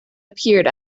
appeared